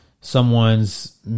someone's